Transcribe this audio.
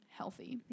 healthy